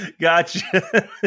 Gotcha